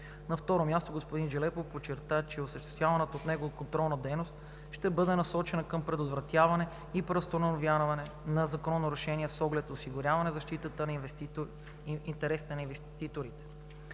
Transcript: На второ място, господин Джелепов подчерта, че осъществяваната от него контролна дейност ще бъде насочена към предотвратяване и преустановяване на закононарушения с оглед осигуряване защита на интересите на инвеститорите,